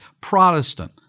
Protestant